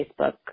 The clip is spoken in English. Facebook